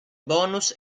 bonus